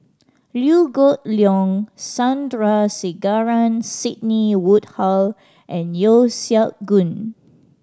Liew Geok Leong Sandrasegaran Sidney Woodhull and Yeo Siak Goon